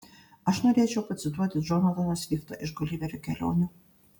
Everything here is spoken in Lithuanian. aš norėčiau pacituoti džonataną sviftą iš guliverio kelionių